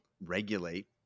regulate